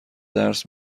درس